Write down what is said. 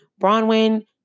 Bronwyn